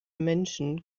menschen